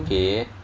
okay